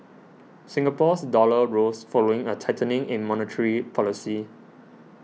Singapore's dollar rose following a tightening in monetary policy